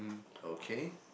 okay